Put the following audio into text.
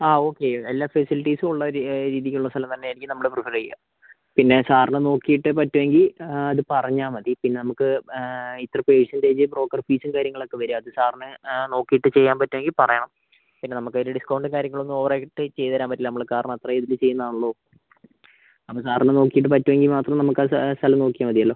ആ ഓക്കെ എല്ലാ ഫെസിലിറ്റീസും ഉള്ള ഒരു രീതിക്കുള്ള സ്ഥലം തന്നെ ആയിരിക്കും നമ്മൾ പ്രിഫർ ചെയ്യുക പിന്നെ സാറിന് നോക്കിയിട്ട് പറ്റുമെങ്കിൽ അതു പറഞ്ഞാൽ മതി പിന്നെ നമുക്ക് ഇത്ര പേഴ്സന്റേജ് ബ്രോക്കർ ഫീസും കാര്യങ്ങളൊക്ക വരും അതു സാറിന് നോക്കിയിട്ട് ചെയ്യാൻ പറ്റുമെങ്കിൽ പറയണം പിന്നെ നമുക്ക് അതിന്റെ ഡിസ്കൗണ്ടും കാര്യങ്ങൾ ഒന്നും ഓവർ ആയിട്ട് ചെയ്തുതരാൻ പറ്റില്ല നമ്മൾ കാരണം അത്രയും ഇരുന്ന് ചെയ്യുന്നതാണല്ലൊ അപ്പോൾ സാർ ഒന്നു നോക്കിയിട്ട് പറ്റുമെങ്കിൽ മാത്രം നമുക്ക് ആ സ്ഥലം നോക്കിയാൽ മതിയല്ലോ